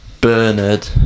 Bernard